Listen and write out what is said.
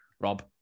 Rob